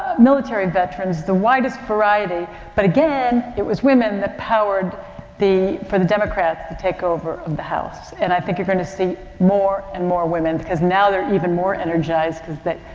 military veterans, the widest variety but again it was women that powered the, for the democrats to take over of the house. and i think you're going to see more and more women because now they're even more energized because the,